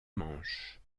manches